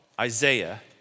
Isaiah